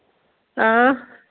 آ